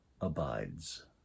abides